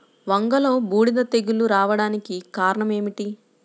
వంగలో బూడిద తెగులు రావడానికి కారణం ఏమిటి?